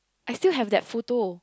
I still have that photo